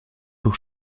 pour